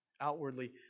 outwardly